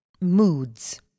Moods